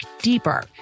deeper